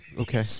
Okay